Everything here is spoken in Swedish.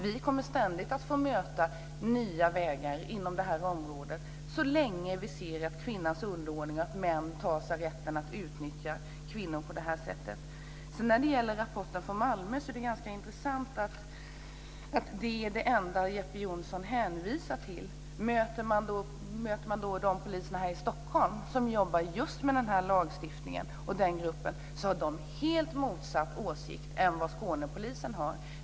Vi kommer ständigt att få möta nya vägar inom det här området så länge vi ser kvinnans underordning, att män tar sig rätten att utnyttja kvinnor på det här sättet. Det intressanta är att rapporten från Malmö är det enda som Jeppe Johnsson hänvisar till. De poliser i Stockholm som jobbar efter den här lagen med den här gruppen har en helt motsatt åsikt än vad Skånepolisen har.